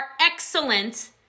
excellent